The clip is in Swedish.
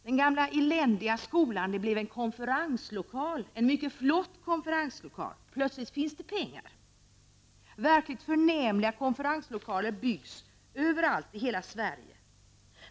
Den gamla eländiga skolan blev en konferenslokal, en flott konferenslokal. Plötsligt fanns det pengar. Verkligt förnämliga konferenslokaler byggs överallt i hela Sverige.